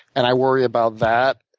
and i worry about that.